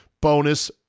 bonus